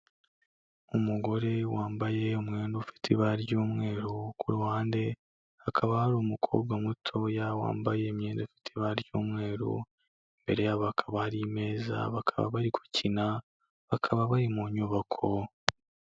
Umugore wambaye umwenda ufite ibara ry'umweru, ku ruhande hakaba hari umukobwa mutoya wambaye imyenda ifite ibara ryumweru, imbere yabo hakaba hari ameza, bakaba bari gukina bakaba bari mu nyubako.